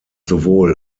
sowohl